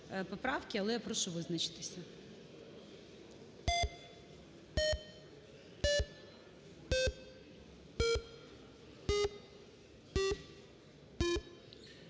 поправки, але я прошу визначитися.